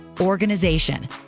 organization